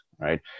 Right